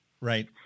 Right